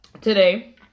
today